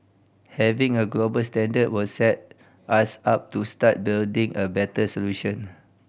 having a global standard will set us up to start building a better solution